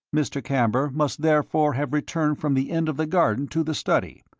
mr. camber must therefore have returned from the end of the garden to the study,